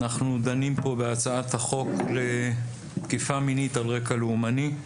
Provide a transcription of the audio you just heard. אנחנו דנים כאן בהצעת חוק החמרת ענישה בעבירות מין על רקע לאומני.